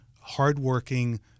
hardworking